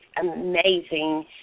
amazing